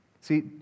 See